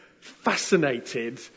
fascinated